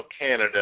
Canada